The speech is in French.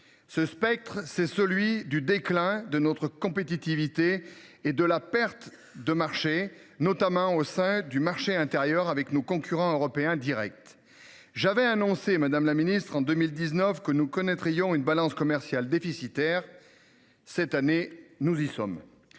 Ce spectre, c’est celui du déclin de notre compétitivité et de la perte de marchés, notamment au sein du marché intérieur avec nos concurrents européens directs. J’avais annoncé en 2019 que nous connaîtrions une balance commerciale déficitaire ; nous y sommes